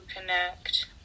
connect